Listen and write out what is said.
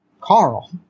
Carl